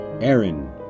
Aaron